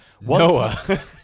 Noah